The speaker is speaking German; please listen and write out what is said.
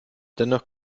dennoch